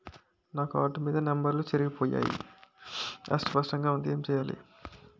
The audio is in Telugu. నా కార్డ్ మీద నంబర్లు చెరిగిపోయాయి అస్పష్టంగా వుంది ఏంటి చేయాలి?